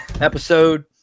episode